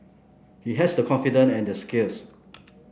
he has the confidence and the skills